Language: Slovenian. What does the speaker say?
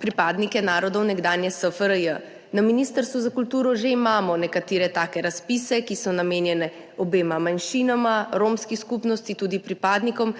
pripadnike narodov nekdanje SFRJ. Na Ministrstvu za kulturo že imamo nekatere take razpise, ki so namenjeni obema manjšinama, romski skupnosti, tudi pripadnikom